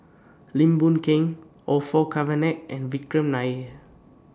Lim Boon Keng Orfeur Cavenagh and Vikram Nair